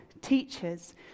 teachers